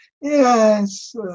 yes